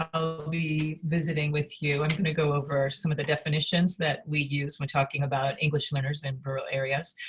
ah i'll be visiting with you i'm going to go over some of the definitions that we use when talking about english learners in rural areas.